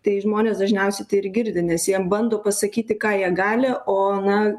tai žmonės dažniausiai tai ir girdi nes jiem bando pasakyti ką jie gali o na